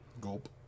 Gulp